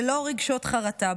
ללא רגשות חרטה,